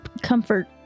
comfort